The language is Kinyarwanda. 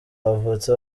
bavutse